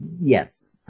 yes